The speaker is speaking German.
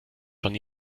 schon